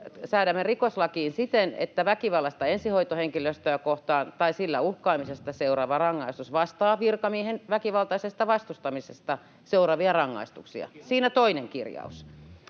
säädämme rikoslakiin siten, että ”väkivallasta ensihoitohenkilöstöä kohtaan tai sillä uhkaamisesta seuraava rangaistus vastaa virkamiehen väkivaltaisesta vastustamisesta seuraavia rangaistuksia”. Siinä toinen kirjaus.